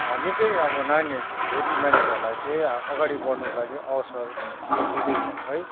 निकै अब नानीहरू छोरी मान्छेहरूलाई चाहिँ अगाडि बढ्नुको लागि अवसर दि दिँदैछ है